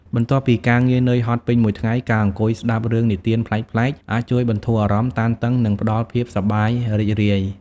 បន្ទាប់ពីការងារនឿយហត់ពេញមួយថ្ងៃ ការអង្គុយស្ដាប់រឿងនិទានប្លែកៗ អាចជួយបន្ធូរអារម្មណ៍តានតឹង និងផ្ដល់ភាពសប្បាយរីករាយ។